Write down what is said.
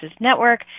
Network